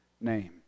name